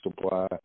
supply